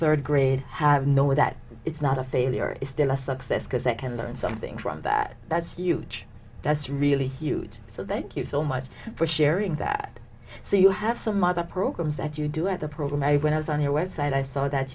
third grade have know that it's not a failure is still a success because it can learn something from that that's huge that's really huge so that you so much for sharing that so you have some other programs that you do and the program when i was on your website i saw that